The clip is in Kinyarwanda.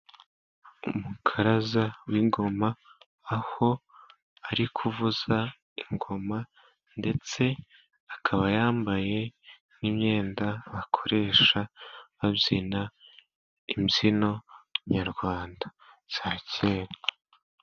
Umukaraza w'ingoma aho ari kuvuza ingoma, ndetse akaba yambaye n'imyenda bakoresha babyina imbyino nyarwanda za kera.